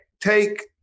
take